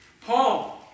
Paul